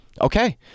okay